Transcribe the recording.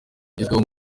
zigezweho